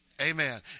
Amen